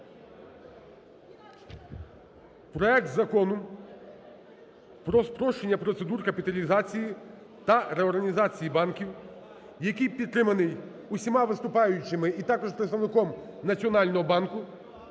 проект Закону про спрощення процедур капіталізації та реорганізації банків, який підтриманий усіма виступаючими і також представником Національного банку,